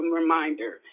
reminder